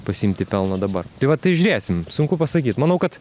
pasiimti pelną dabar tai va tai žiūrėsim sunku pasakyt manau kad